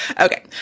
Okay